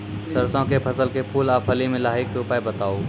सरसों के फसल के फूल आ फली मे लाहीक के उपाय बताऊ?